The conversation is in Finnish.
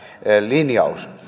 linjaus